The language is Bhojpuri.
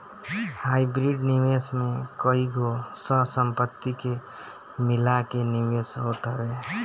हाइब्रिड निवेश में कईगो सह संपत्ति के मिला के निवेश होत हवे